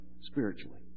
spiritually